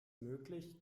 möglich